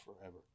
forever